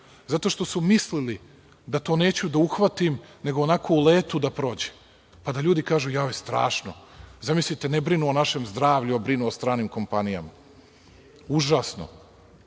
Zato što su mislili da to neću da uhvatim nego onako u letu da prođe, pa da ljudi kažu – strašno, zamislite ne brinu o našem zdravlju, a brinu o stranim kompanijama. Užasno. Onda